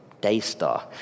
Daystar